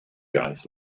iaith